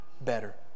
better